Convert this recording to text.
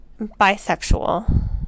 bisexual